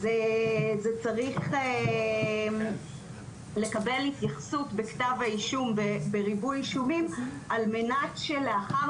אז זה צריך לקבל התייחסות בכתב האישום בריבוי אישומים על מנת שלאחר